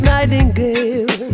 Nightingale